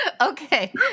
Okay